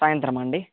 సాయింత్రమాండి